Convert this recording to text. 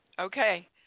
Okay